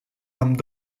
amb